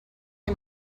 him